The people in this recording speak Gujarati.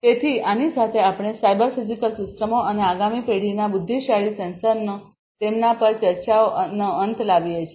તેથી આની સાથે આપણે સાયબર ફિઝિકલ સિસ્ટમો અને આગામી પેઢીના બુદ્ધિશાળી સેન્સરનો તેમના પર ચર્ચાઓ અંત લાવીએ છીએ